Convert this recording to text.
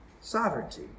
sovereignty